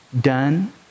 done